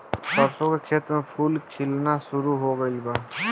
सरसों के खेत में फूल खिलना शुरू हो गइल बा